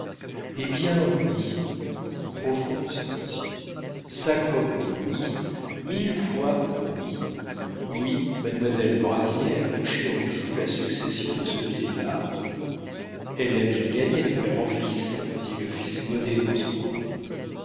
eh bien oui profonde sensation sacrebleu oui mille fois oui oui mademoiselle brazier a couché en joue la succession de ce vieillard elle l'a bien gagnée de père en fils dit le fils goddet dans son coin